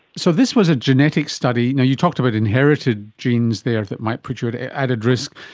so this was a genetic study. you know you talked about inherited genes there that might put you at added risk,